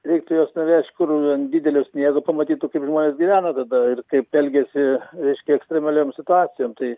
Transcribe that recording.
reiktų juos nuvežt kur ant didelio sniego pamatytų kaip žmonės gyvena tada ir kaip elgiasi reiškia ekstremaliom situacijom tai